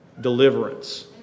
deliverance